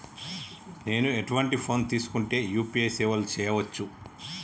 నేను ఎటువంటి ఫోన్ తీసుకుంటే యూ.పీ.ఐ సేవలు చేయవచ్చు?